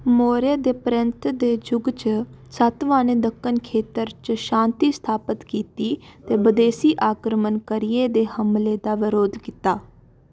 मौर्य दे परैंत्त दे जुग च सातवाहनें दक्कन खेतर च शान्ति स्थापत कीती ते बदेसी आक्रमणकारियें दे हमले दा बरोध कीता